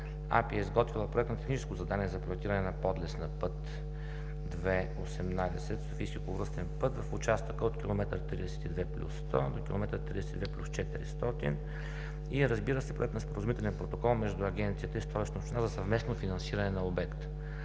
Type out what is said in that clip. АПИ е изготвила Проект на техническо задание за проектиране на подлез на път II – 18, от околовръстен път в участъка от км 32 + 100 до км 32 + 400 и, разбира се, е приет Проект на споразумителен протокол между Агенцията и Столичната община за съвместно финансиране на обекта.